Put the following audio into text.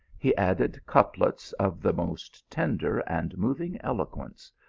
he added couplets of the most tender and moving eloquence,